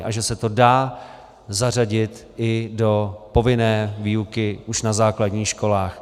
A že se to dá zařadit i do povinné výuky už na základních školách.